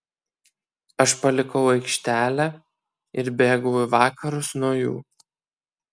aš palikau aikštelę ir bėgau į vakarus nuo jų